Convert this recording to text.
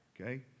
Okay